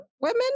women